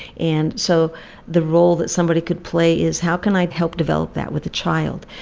and so the role that somebody could play is how can i help develop that with a child?